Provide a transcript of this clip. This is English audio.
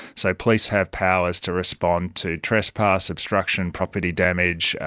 so police have powers to respond to trespass, obstruction, property damage,